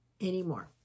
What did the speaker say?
anymore